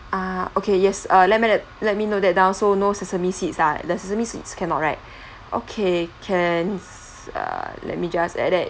ah okay yes uh let me note that down so no sesame seeds ah the sesame seeds cannot right okay cans uh let me just add that